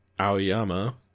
Aoyama